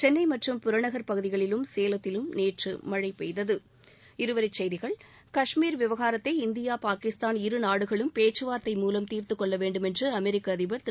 சென்னை மற்றும் புறநகர் பகுதிகளிலும் சேலத்திலும் நேற்று மழை பெய்தது இருவரிச் செய்திகள் கஷ்மீர் விவகாரத்தை இந்தியா பாகிஸ்தான் இருநாடுகளும் பேச்சுவாரத்தை மூலம் தீர்த்துக் கொள்ள வேண்டுமென்று அமெரிக்க அதிபர் திரு